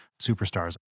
superstars